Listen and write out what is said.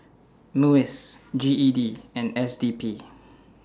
Muis G E D and S D P